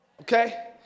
Okay